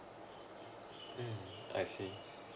mm I see